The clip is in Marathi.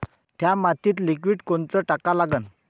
थ्या मातीत लिक्विड कोनचं टाका लागन?